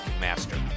master